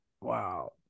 Wow